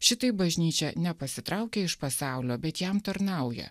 šitaip bažnyčia nepasitraukė iš pasaulio bet jam tarnauja